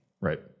Right